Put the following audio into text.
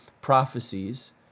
prophecies